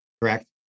correct